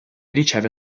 riceve